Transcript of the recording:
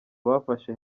bafashe